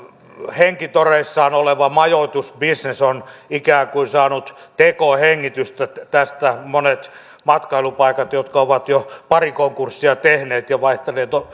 henkitoreissaan oleva majoitusbisnes on ikään kuin saanut tekohengitystä tästä moniin matkailupaikkoihin jotka ovat jo pari konkurssia tehneet ja vaihtaneet